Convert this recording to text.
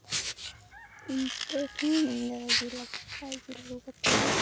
ᱛᱚᱠᱷᱚᱱ ᱤᱧ ᱫᱟᱫᱟ ᱡᱤᱞ ᱟᱹᱜᱩ ᱠᱮᱫᱟᱭ ᱡᱤᱞ ᱟᱹᱜᱩ ᱠᱟᱛᱮ